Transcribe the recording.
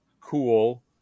cool